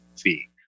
fee